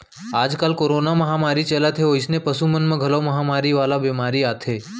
आजकाल कोरोना महामारी चलत हे वइसने पसु मन म घलौ महामारी वाला बेमारी आथे